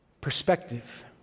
Perspective